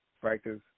practice